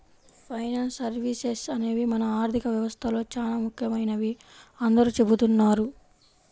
finance services అనేవి మన ఆర్థిక వ్యవస్థలో చానా ముఖ్యమైనవని అందరూ చెబుతున్నారు